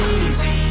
easy